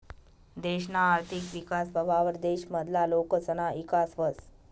देशना आर्थिक विकास व्हवावर देश मधला लोकसना ईकास व्हस